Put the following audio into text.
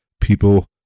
people